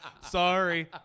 Sorry